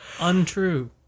untrue